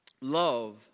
Love